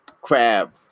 crab